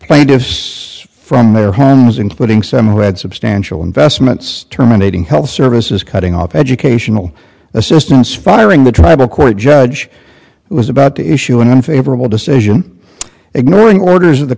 plaintiffs from their homes including some who had substantial investments terminating health services cutting off educational assistance following the tribal court judge who was about to issue an unfavorable decision ignoring the orders of the